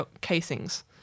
casings